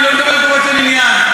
אני מדבר לגופו של עניין,